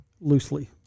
Loosely